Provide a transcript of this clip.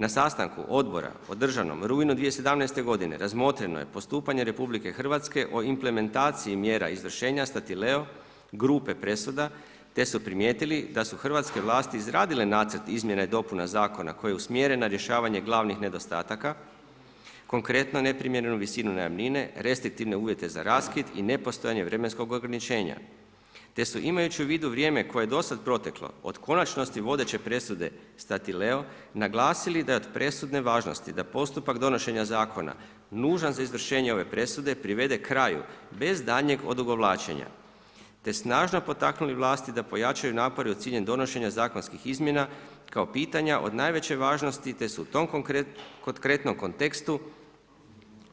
Na sastanku odbora održanom u rujnu 2017. godine razmotreno je postupanje RH o implementaciji mjera izvršenja Statileo grupe presuda te su primijetili da su hrvatske vlasti izradile Nacrt izmjena i dopuna zakona koji je usmjeren na rješavanje glavnih nedostataka, konkretno neprimjerenu visinu najamnine, restriktivne uvjete za raskid i ne postojanje vremenskog ograničenja te su imajući u vidu vrijeme koje je do sada proteklo od konačnosti vodeće presude Statileo naglasili da je od presudne važnosti da postupak donošenja zakona nužan za izvršenje ove presude privede kraju bez daljnjeg odugovlačenja te snažno potaknuli vlasti da pojačaju napore u cilju donošenja zakonskih izmjena kao pitanja od najveće važnosti te se u tom konkretnom kontekstu